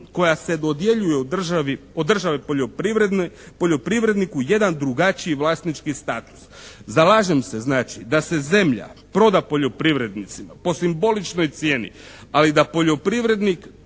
koja se dodjeljuje od države poljoprivredniku, jedan drugačiji vlasnički status. Zalažem se znači da se zemlja proda poljoprivrednicima po simboličnoj cijeni, ali da poljoprivrednik